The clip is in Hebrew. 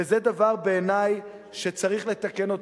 וזה בעיני דבר שצריך לתקן.